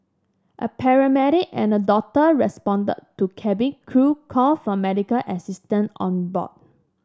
a paramedic and a doctor responded to cabin crew call for medical assistance on board